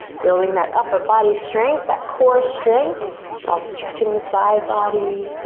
building that upper body strength, that core strength while stretching the side body.